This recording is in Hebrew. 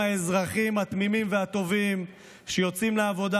האזרחים התמימים והטובים שיוצאים לעבודה